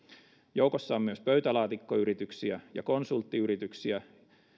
joukossa on myös pöytälaatikkoyrityksiä ja konsulttiyrityksiä